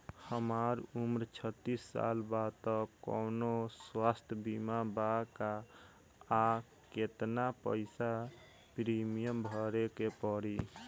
हमार उम्र छत्तिस साल बा त कौनों स्वास्थ्य बीमा बा का आ केतना पईसा प्रीमियम भरे के पड़ी?